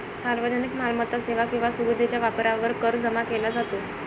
सार्वजनिक मालमत्ता, सेवा किंवा सुविधेच्या वापरावर कर जमा केला जातो